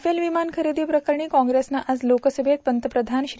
Rafale विमान खरेदी प्रकरणी काँग्रेसनं आज लोकसभेत पंतप्रधान श्री